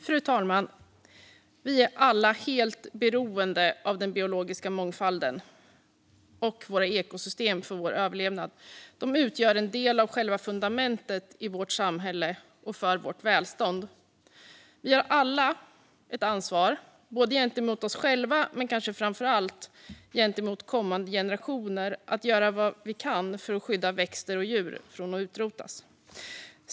Fru talman! Vi är alla helt beroende av den biologiska mångfalden och våra ekosystem för vår överlevnad. De utgör en del av själva fundamentet i vårt samhälle och för vårt välstånd. Vi har alla ett ansvar - både gentemot oss själva och, kanske framför allt, gentemot kommande generationer - att göra vad vi kan för att skydda växter och djur från att utrotas.